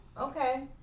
Okay